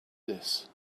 this